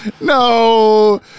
No